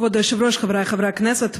כבוד היושב-ראש, חבריי חברי הכנסת,